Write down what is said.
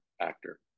actor